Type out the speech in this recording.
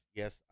yes